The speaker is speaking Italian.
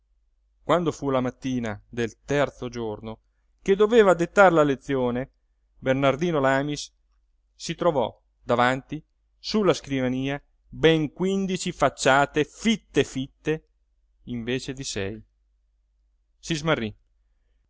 quando fu alla mattina del terzo giorno che doveva dettar la lezione bernardino lamis si trovò davanti sulla scrivania ben quindici facciate fitte fitte invece di sei si smarrí